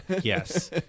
yes